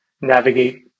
navigate